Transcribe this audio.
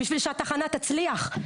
כדי שהתחנה תצליח,